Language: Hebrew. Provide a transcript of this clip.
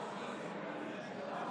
של סיעת